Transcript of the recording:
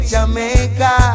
Jamaica